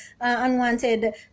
unwanted